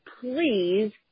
please